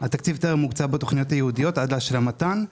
התקציב טרם הוקצה בתכניות הייעודיות עד להשלמתן.